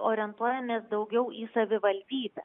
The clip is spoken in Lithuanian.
orientuojamės daugiau į savivaldybes